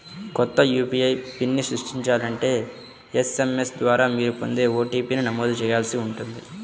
కొత్త యూ.పీ.ఐ పిన్ని సృష్టించాలంటే ఎస్.ఎం.ఎస్ ద్వారా మీరు పొందే ఓ.టీ.పీ ని నమోదు చేయాల్సి ఉంటుంది